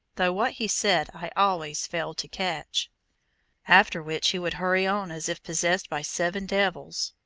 though what he said i always failed to catch after which he would hurry on as if possessed by seven devils.